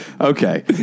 Okay